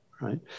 right